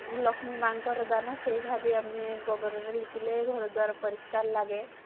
ଲଷ୍ମୀ ମାଙ୍କର ଦାନା ସେଇ ଭାବି ଆମେ ଗୋବର ରେ ଲିପିଲେ ଘର ଦ୍ୱାରା ପରିଷ୍କାର ଲାଗେ